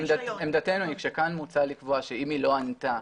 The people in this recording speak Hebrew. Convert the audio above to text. עמדתנו היא שכאן מוצע לקבוע שאם היא לא ענתה